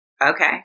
okay